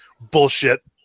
bullshit